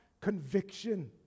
conviction